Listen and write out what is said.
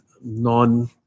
non